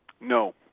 No